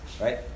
right